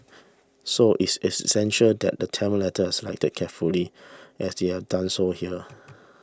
so it's it's essential that the Tamil letters selected carefully as they have done so here